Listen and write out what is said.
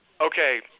Okay